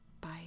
Bye